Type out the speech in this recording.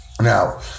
now